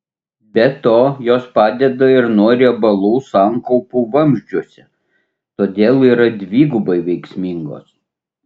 be to jos padeda ir nuo riebalų sankaupų vamzdžiuose todėl yra dvigubai veiksmingos